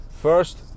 First